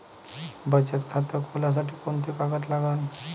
बचत खात खोलासाठी कोंते कागद लागन?